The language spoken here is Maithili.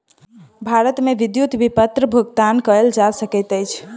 भारत मे विद्युत विपत्र भुगतान कयल जा सकैत अछि